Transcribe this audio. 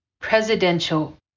presidential